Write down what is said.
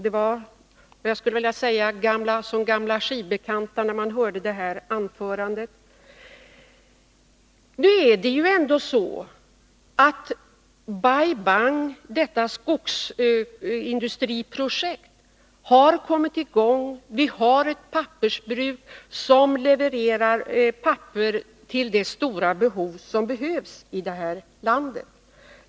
Det var som att lyssna till Gamla skivbekanta när man hörde hans anförande. Det är ändå så att skogsindustriprojektet i Bai Bang har kommit i gång. Det finns ett pappersbruk som levererar papper för att tillgodose det stora behov som finnsilandet.